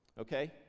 Okay